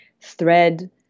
thread